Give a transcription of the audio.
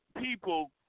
people